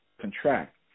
contract